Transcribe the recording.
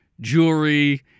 jewelry